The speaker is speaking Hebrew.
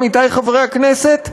עמיתי חברי הכנסת,